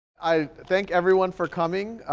i thank everyone for coming.